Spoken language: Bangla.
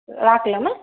রাখলাম হ্যাঁ